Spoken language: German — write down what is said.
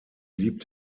blieb